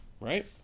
right